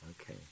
Okay